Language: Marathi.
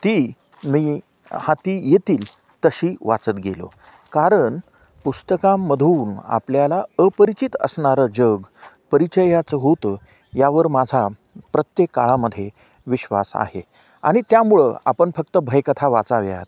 ती मी हाती येतील तशी वाचत गेलो कारण पुस्तकांमधून आपल्याला अपरिचित असणारं जग परिचयाचं होतं यावर माझा प्रत्येक काळामध्ये विश्वास आहे आणि त्यामुळं आपण फक्त भयकथा वाचाव्यात